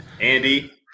Andy